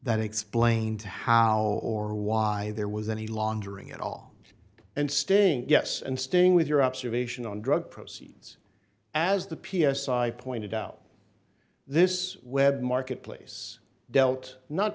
that explained how or why there was any laundering at all and staying yes and staying with your observation on drug proceeds as the p s i i pointed out this web marketplace dealt not